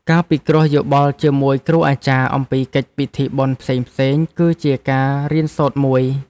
ការពិគ្រោះយោបល់ជាមួយគ្រូអាចារ្យ អំពីកិច្ចពិធីបុណ្យផ្សេងៗ គឺជាការរៀនសូត្រមួយ។